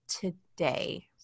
today